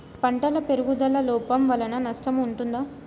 పంటల పెరుగుదల లోపం వలన నష్టము ఉంటుందా?